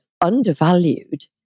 undervalued